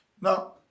Now